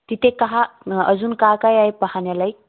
तिथे काही अजून का का आहे पाहण्यालायक